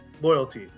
loyalty